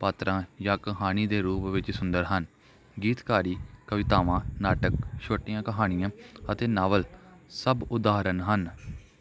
ਪਾਤਰਾਂ ਜਾਂ ਕਹਾਣੀ ਦੇ ਰੂਪ ਵਿੱਚ ਸੁੰਦਰ ਹਨ ਗੀਤਕਾਰੀ ਕਵਿਤਾਵਾਂ ਨਾਟਕ ਛੋਟੀਆਂ ਕਹਾਣੀਆਂ ਅਤੇ ਨਾਵਲ ਸਭ ਉਦਾਹਰਣ ਹਨ